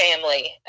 family